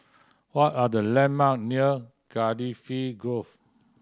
what are the landmark near Cardifi Grove